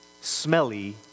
smelly